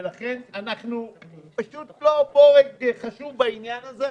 ולכן אנחנו פשוט לא בורג חשוב בעניין הזה,